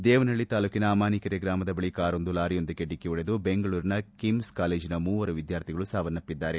ದೇವನಪಳ್ಳಿ ತಾಲೂಕಿನ ಅಮಾನಿಕೆರೆ ಗ್ರಾಮದ ಬಳಿ ಕಾರೊಂದು ಲಾರಿಯೊಂದಕ್ಕೆ ಡಿಕ್ಕಿ ಹೊಡೆದು ಬೆಂಗಳೂರಿನ ಕಿಮ್ಸ್ ಕಾಲೇಜಿನ ಮೂವರು ವಿದ್ಕಾರ್ಥಿಗಳು ಸಾವನ್ನಪ್ಪಿದ್ದಾರೆ